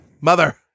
mother